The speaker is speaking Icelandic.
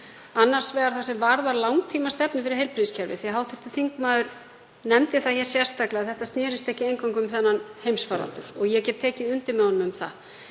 Annars vegar er það sem varðar langtímastefnu fyrir heilbrigðiskerfið, því að hv. þingmaður nefndi það sérstaklega að þetta snerist ekki eingöngu um þennan heimsfaraldur og ég get tekið undir með honum um það.